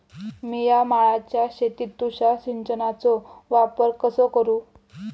मिया माळ्याच्या शेतीत तुषार सिंचनचो वापर कसो करू?